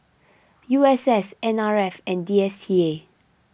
U S S N R F and D S T A